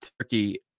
Turkey